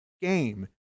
game